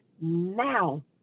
now